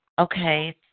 Okay